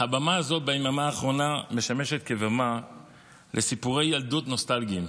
הבמה הזו ביממה האחרונה משמשת כבמה לסיפורי ילדות נוסטלגיים.